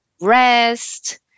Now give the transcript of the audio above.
rest